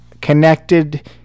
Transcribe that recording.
connected